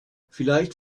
vielleicht